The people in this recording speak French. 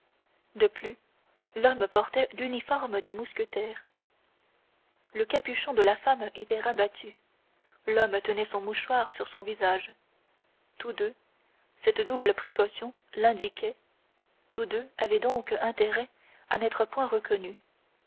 de plus l'homme portait l'uniforme des mousquetaires le capuchon de la femme était rabattu l'homme tenait son mouchoir sur son visage tous deux cette double précaution l'indiquait tous deux avaient donc intérêt à n'être point reconnus